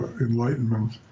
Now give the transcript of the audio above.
enlightenment